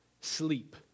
sleep